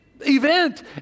event